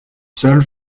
seul